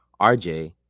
RJ